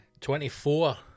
24